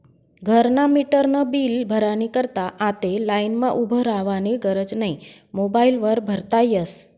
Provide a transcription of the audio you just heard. घरना मीटरनं बील भरानी करता आते लाईनमा उभं रावानी गरज नै मोबाईल वर भरता यस